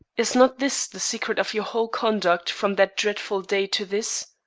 is not this the secret of your whole conduct from that dreadful day to this?